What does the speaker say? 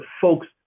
folks